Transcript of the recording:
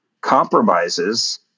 compromises